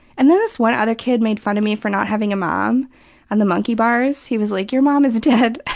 and then this one other kid made fun of me for not having a mom on the monkey bars. he was like your mom is dead.